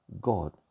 God